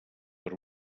per